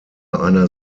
einer